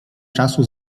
czasu